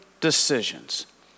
decisions